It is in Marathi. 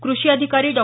कृषी अधिकारी डॉ